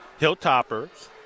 Hilltoppers